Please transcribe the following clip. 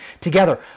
together